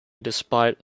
despite